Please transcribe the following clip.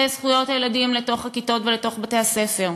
זכויות הילדים לתוך הכיתות ולתוך בתי-הספר,